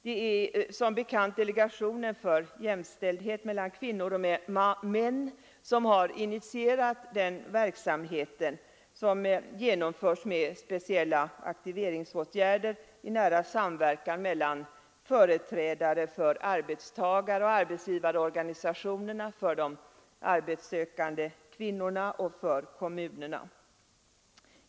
Det är som bekant delegationen för jämställdhet mellan kvinnor och män som har initierat denna verksamhet, som genomförs med speciella aktiveringsåtgärder i nära samverkan mellan företrädare för arbetstagaroch arbetsgivarorganisationerna, för de arbetssökande kvinnorna och för kommunerna.